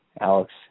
Alex